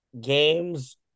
games